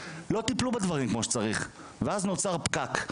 לא טיפלו בדברים כמו שצריך ואז נוצר פקק,